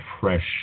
fresh